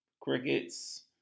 Crickets